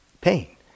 pain